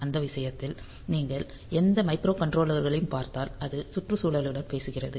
அந்த விஷயத்தில் நீங்கள் எந்த மைக்ரோகண்ட்ரோலர்களையும் பார்த்தால் அது சுற்றுச்சூழலுடன் பேசுகிறது